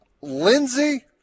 Lindsey